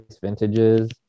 vintages